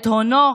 את הונו,